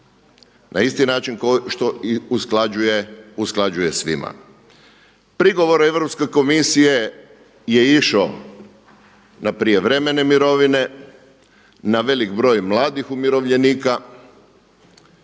na isti način kao što usklađuje svima. Prigovor Europske komisije je išao na prijevremene mirovine, na velik broj mladih umirovljenika